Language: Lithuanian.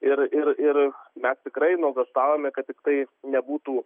ir ir ir mes tikrai nuogąstaujame kad tiktai nebūtų